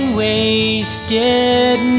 wasted